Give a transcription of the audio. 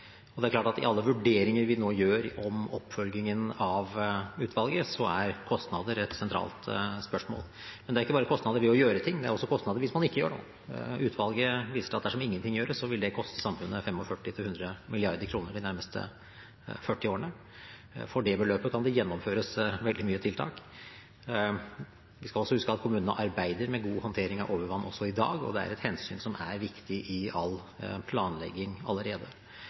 Det er klart at i alle vurderinger vi nå gjør om oppfølgingen av utvalget, så er kostnader et sentralt spørsmål. Men det er ikke bare kostnader ved å gjøre ting, det er kostnader også hvis man ikke gjør noe. Utvalget viser til at dersom ingenting gjøres, vil det koste samfunnet 45 mrd.–100 mrd. kr de nærmeste 40 årene. For det beløpet kan det gjennomføres veldig mange tiltak. Vi skal også huske at kommunene arbeider med god håndtering av overvann også i dag, og det er et hensyn som er viktig i all planlegging allerede.